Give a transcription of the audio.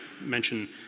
mention